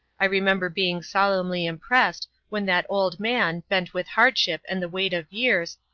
i remember being solemnly impressed when that old man, bent with hardship and the weight of years,